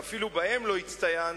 שאפילו בהם לא הצטיינת,